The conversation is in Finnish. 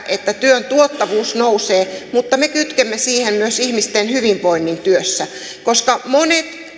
että työn tuottavuus nousee mutta me kytkemme siihen myös ihmisten hyvinvoinnin työssä koska monet